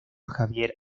javier